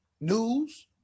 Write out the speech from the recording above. news